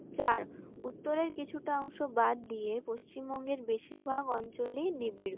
চার উত্তরের কিছুটা অংশ বাদ দিয়ে পশ্চিমবঙ্গের বেশীরভাগ অঞ্চলই নিবিড়